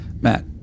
Matt